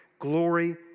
glory